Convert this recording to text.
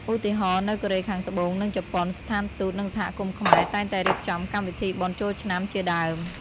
ឧទាហរណ៍ នៅកូរ៉េខាងត្បូង និងជប៉ុន ស្ថានទូត និងសហគមន៍ខ្មែរតែងតែរៀបចំកម្មវិធីបុណ្យចូលឆ្នាំ ជាដើម ។